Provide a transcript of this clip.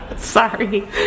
Sorry